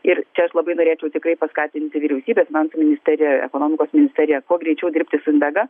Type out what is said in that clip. ir čia aš labai norėčiau tikrai paskatinti vyriausybę finansų ministeriją ekonomikos ministeriją kuo greičiau dirbti su invega